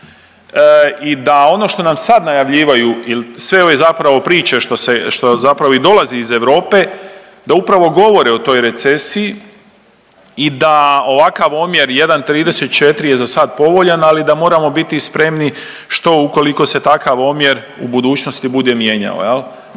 i da ono što nam sad najavljivaju jer sve ove zapravo priče što se, što zapravo i dolazi iz Europe da upravo govore o toj recesiji i da ovakav omjer 1 34 je zasad povoljan, ali da moramo biti spremni što ukoliko se takav omjer u budućnosti bude mijenjao